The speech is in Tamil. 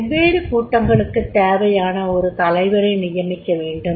வெவ்வேறு கூட்டங்களுக்குத் தேவையான ஒரு தலைவரை நியமிக்கவேண்டும்